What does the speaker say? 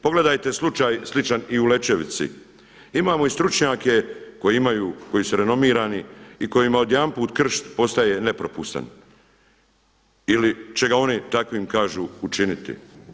Pogledajte slučaj sličan i u Lećevici, imamo i stručnjake koji su renomirani i kojima odjedanput krš postaje nepropustan ili će ga oni takvim kažu učiniti.